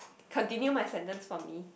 continue my sentence for me